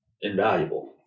invaluable